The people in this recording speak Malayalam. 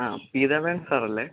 ആ പീതാമ്പരൻ സാറല്ലെ